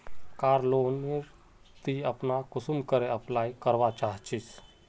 कार loan नेर ती अपना कुंसम करे अप्लाई करवा चाँ चची?